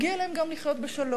מגיע להם גם לחיות בשלום.